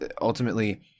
ultimately